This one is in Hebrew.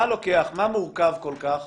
מה מורכב כל כך